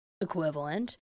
equivalent